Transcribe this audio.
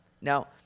Now